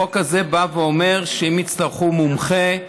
החוק הזה בא ואומר שאם יצטרכו מומחה,